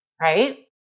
right